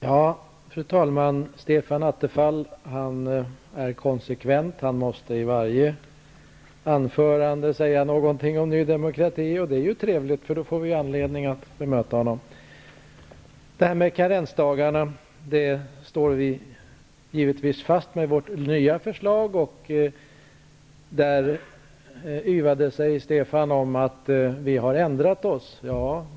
Fru talman! Stefan Attefall är konsekvent. Han måste i varje anförande säga någonting om Ny demokrati. Det är trevligt, för då får vi anledning att bemöta honom. Vi står givetvis fast vid vårt nya förslag när det gäller karensdagarna. Stefan Attefall yvdes över att vi har ändrat oss.